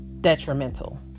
detrimental